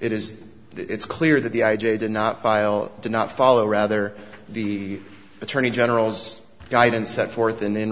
it is it's clear that the i j a did not file did not follow rather the attorney general's guidance set forth and then